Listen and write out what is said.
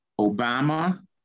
Obama